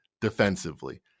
defensively